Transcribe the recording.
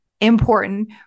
important